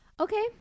Okay